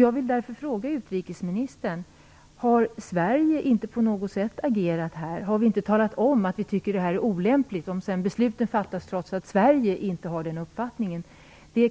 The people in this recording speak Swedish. Jag vill därför fråga utrikesministern: Har Sverige inte agerat på något sätt här? Har vi inte talat om att vi tycker att det här är olämpligt? Om beslutet har fattats trots att Sverige inte har den uppfattningen